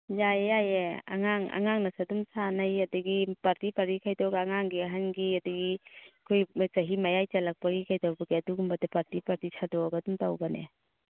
ꯌꯥꯏꯌꯦ ꯌꯥꯏꯌꯦ ꯑꯉꯥꯡ ꯑꯉꯥꯡꯅꯁꯨ ꯑꯗꯨꯝ ꯁꯥꯟꯅꯩ ꯑꯗꯩꯗꯤ ꯄꯥꯔꯇꯤ ꯄꯥꯔꯇꯤ ꯈꯥꯏꯗꯣꯛꯑꯒ ꯑꯉꯥꯡꯒꯤ ꯑꯍꯟꯒꯤ ꯑꯗꯒꯤ ꯑꯩꯈꯣꯏꯒꯨꯝꯕ ꯆꯍꯤ ꯃꯌꯥꯏ ꯆꯜꯂꯛꯄꯒꯤ ꯀꯩꯗꯧꯕꯒꯤ ꯑꯗꯨꯒꯨꯝꯕꯗ ꯄꯥꯔꯇꯤ ꯄꯥꯔꯇꯤ ꯁꯥꯗꯣꯛꯑꯒ ꯑꯗꯨꯝ ꯇꯧꯕꯅꯦ